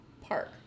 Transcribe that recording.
park